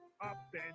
up